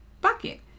bucket